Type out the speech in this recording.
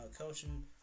Coaching